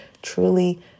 truly